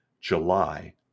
July